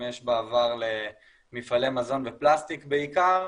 שימש בעבר למפעלי מזון ופלסטיק בעיקר,